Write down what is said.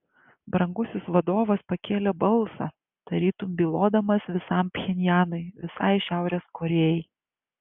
brangusis vadovas pakėlė balsą tarytum bylodamas visam pchenjanui visai šiaurės korėjai